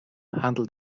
handelt